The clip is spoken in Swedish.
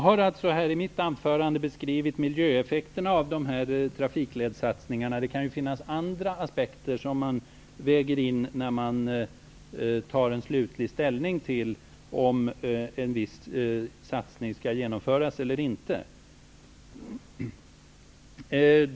Herr talman! I mitt anförande har jag beskrivit miljöeffekterna av trafikledssatsningarna. Det kan ju finnas andra aspekter som man väger in när man skall ta slutlig ställning till om en viss satsning skall genomföras eller inte.